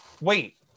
wait